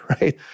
Right